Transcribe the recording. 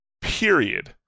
period